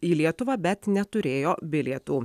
į lietuvą bet neturėjo bilietų